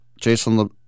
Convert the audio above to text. Jason